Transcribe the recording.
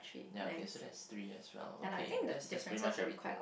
ya okay so that's three as well okay that's just pay much everything